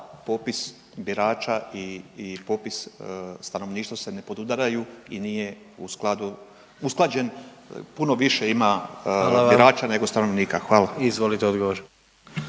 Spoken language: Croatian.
popis birača i popis stanovništva se ne podudaraju i nije usklađen, puno više ima birača …/Upadica predsjednik: Hvala vam./… nego